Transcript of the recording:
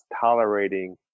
tolerating